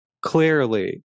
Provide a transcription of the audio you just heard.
clearly